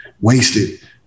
wasted